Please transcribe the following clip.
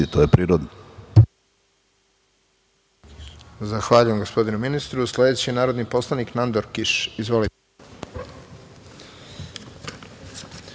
to je prirodno.